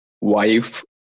wife